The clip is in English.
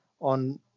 on